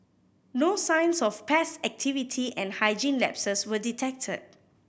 no signs of pest activity and hygiene lapses were detected